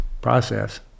process